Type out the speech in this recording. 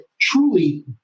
truly